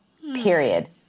period